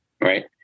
right